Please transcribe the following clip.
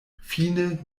fine